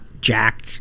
Jack